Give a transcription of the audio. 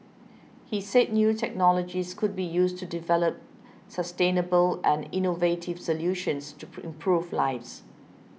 he said new technologies will be used to develop sustainable and innovative solutions to improve lives